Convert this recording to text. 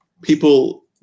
people